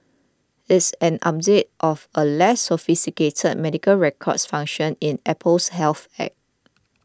it's an update of a less sophisticated medical records function in Apple's Health App